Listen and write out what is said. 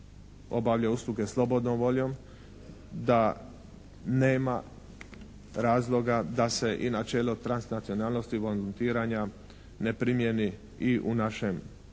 obavlja usluge slobodnom voljom, da nema razloga da se i načelo transnacionalnosti volontiranja ne primijeni i u našem